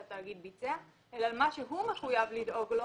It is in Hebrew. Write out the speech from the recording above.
שהתאגיד ביצע אלא על מה שהוא מחויב לדאוג לו.